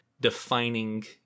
defining